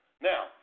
Now